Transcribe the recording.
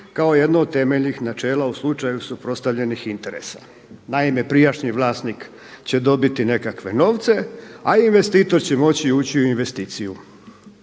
kao jedno od temeljnih načela u slučaju suprotstavljenih interesa. Naime, prijašnji vlasnik će dobiti nekakve novce, a investitor će moći ući u investiciju.